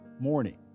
morning